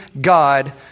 God